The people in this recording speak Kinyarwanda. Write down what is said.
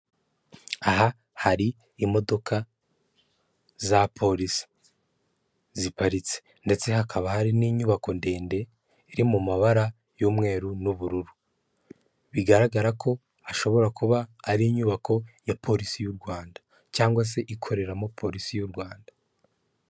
Aha hari imodoka za polisi ziparitse ndetse hakaba hari n'inyubako ndende, iri mu mabara y'umweru n'ubururu, bigaragara ko hashobora kuba ari inyubako ya polisi y'u Rwanda, cyangwa se ikoreramo polisi y'u Rwanda.